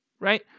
right